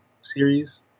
series